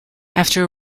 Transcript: after